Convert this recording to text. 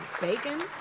Bacon